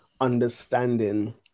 understanding